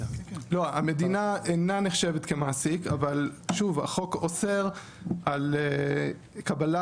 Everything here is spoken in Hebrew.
המדינה אינה נחשבת כמעסיק אבל שוב החוק אוסר על קבלה